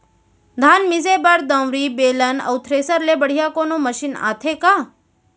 धान मिसे बर दंवरि, बेलन अऊ थ्रेसर ले बढ़िया कोनो मशीन आथे का?